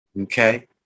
okay